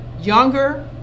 younger